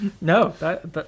No